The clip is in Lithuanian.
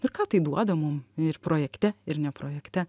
ir ką tai duoda mum ir projekte ir ne projekte